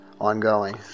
ongoing